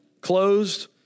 closed